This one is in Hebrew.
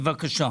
בבקשה.